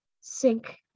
sink